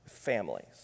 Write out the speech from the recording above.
families